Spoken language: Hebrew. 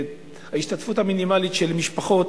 ההשתתפות המינימלית של משפחות,